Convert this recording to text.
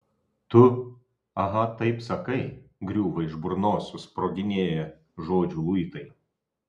tu aha taip sakai griūva iš burnos susproginėję žodžių luitai